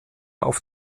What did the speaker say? auf